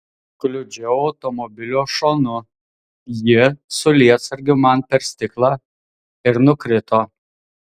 kliudžiau automobilio šonu ji su lietsargiu man per stiklą ir nukrito